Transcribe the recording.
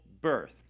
birth